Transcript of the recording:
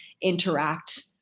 interact